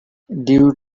due